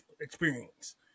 experience